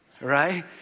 right